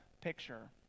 picture